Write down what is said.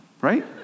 Right